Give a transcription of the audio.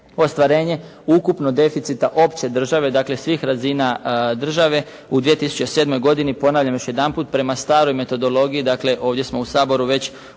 ostvarenje ukupno deficita opće države dakle svih razina države u 2007. godini ponavljam još jedanput prema staroj metodologiji dakle ovdje smo u Saboru već